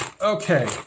Okay